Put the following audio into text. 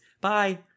bye